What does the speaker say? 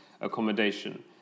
accommodation